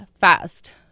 fast